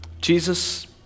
Jesus